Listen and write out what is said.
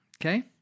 Okay